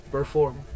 Perform